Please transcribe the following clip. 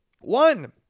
One